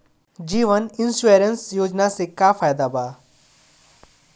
जीवन insurance योजना से का फायदा बा?